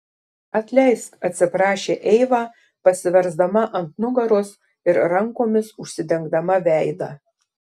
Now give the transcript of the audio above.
atleisk atsiprašė eiva pasiversdama ant nugaros ir rankomis užsidengdama veidą